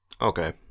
Okay